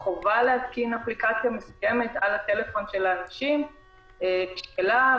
החובה להתקין אפליקציה מסוימת על הטלפון של האנשים היא שאלה,